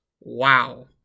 Wow